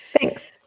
Thanks